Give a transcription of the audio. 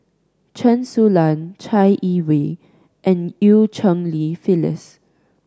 Chen Su Lan Chai Yee Wei and Eu Cheng Li Phyllis